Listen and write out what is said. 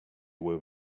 were